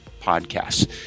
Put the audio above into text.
podcasts